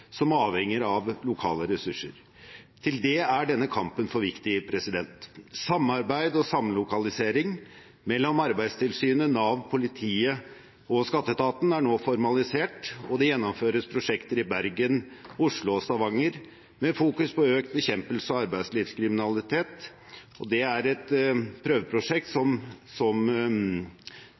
som avhenger av lokale ressurser. Til det er denne kampen for viktig. Samarbeid og samlokalisering mellom Arbeidstilsynet, Nav, politiet og skatteetaten er nå formalisert, og det gjennomføres prosjekter i Bergen, Oslo og Stavanger med fokus på økt bekjempelse av arbeidslivskriminalitet. Det er et prøveprosjekt,